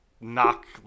knock